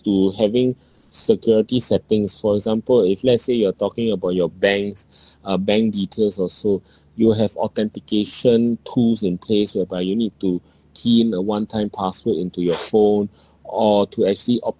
to having security settings for example if let's say you are talking about your banks uh bank details or so you'll have authentication tools in place whereby you need to key in a one-time password into your phone or to actually